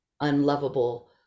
unlovable